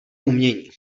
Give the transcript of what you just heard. umění